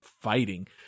fighting